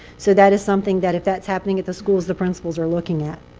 so that is something that if that's happening at those schools, the principals are looking at.